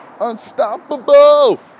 unstoppable